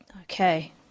Okay